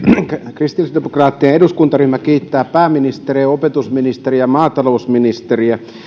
kristillisdemokraattinen eduskuntaryhmä kiittää pääministeriä opetusministeriä maatalousministeriä